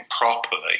properly